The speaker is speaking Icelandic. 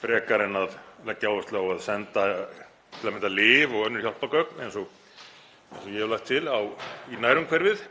frekar en að leggja áherslu á að senda til að mynda lyf og önnur hjálpargögn, eins og ég hef lagt til, í nærumhverfið